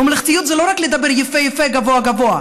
ממלכתיות זה לא רק לדבר יפה-יפה גבוהה-גבוהה,